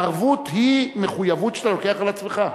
הערבות היא מחויבות שאתה לוקח על עצמך.